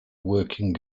working